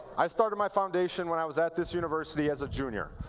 i started my foundation when i was at this university as a junior.